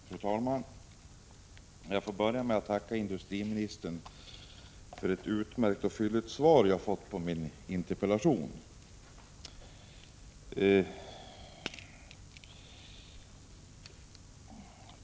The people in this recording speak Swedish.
Fru talman! Jag får börja med att tacka industriministern för det utmärkta och fylliga svar som jag har fått på min interpellation.